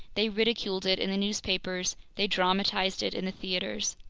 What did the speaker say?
they ridiculed it in the newspapers, they dramatized it in the theaters.